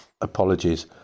apologies